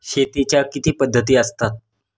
शेतीच्या किती पद्धती असतात?